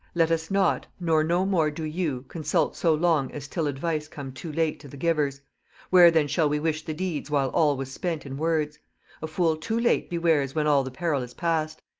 let us not, nor no more do you, consult so long as till advice come too late to the givers where then shall we wish the deeds while all was spent in words a fool too late bewares when all the peril is past.